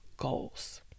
goals